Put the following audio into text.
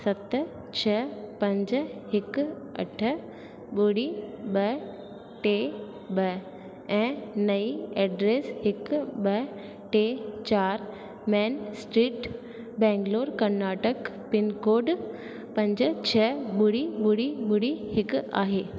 सत छ्ह पंज हिकु अठ ॿुड़ी ॿ टे ॿ ऐं नई एड्रस ॿ टे चारि main street Bengaluru Karnataka pincode पंज छ ॿुड़ी ॿुड़ी ॿुड़ी हिकु आहे